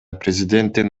президенттин